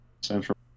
central